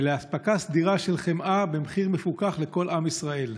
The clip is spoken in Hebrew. ואספקה סדירה של חמאה במחיר מפוקח לכל עם ישראל?